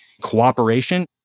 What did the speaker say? cooperation